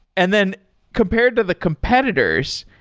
and then compared to the competitors,